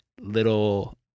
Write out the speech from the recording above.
little